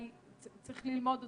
שצריך ללמוד אותה.